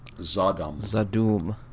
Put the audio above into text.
Zadum